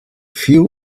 few